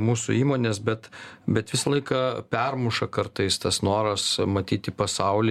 mūsų įmones bet bet visą laiką permuša kartais tas noras matyti pasaulį